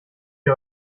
ihr